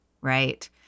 Right